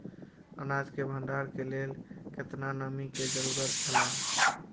अनाज के भण्डार के लेल केतना नमि के जरूरत छला?